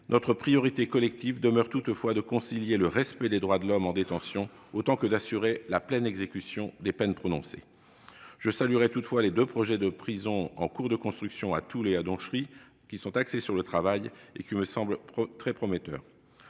Notre priorité collective demeure toutefois de concilier le respect des droits de l'homme en détention avec la pleine exécution des peines prononcées. Je salue toutefois les deux prisons en cours de construction à Toul et à Donchery. Axés sur le travail, ces deux projets me semblent très prometteurs.